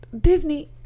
Disney